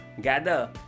gather